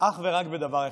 אך ורק בדבר אחד: